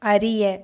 அறிய